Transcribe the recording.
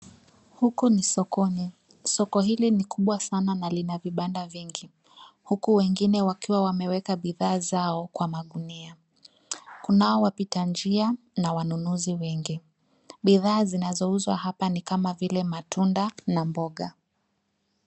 Huku ni sokoni. Soko hili ni kubwa sana na lina vibanda vingi, huku wengine wakiwa wameweka bidhaa zao kwa magunia. Kunao wapita njia na wanunuzi wengi. Bidhaa zinazouzwa hapa ni kama vile matunda na mboga.